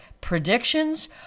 predictions